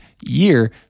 year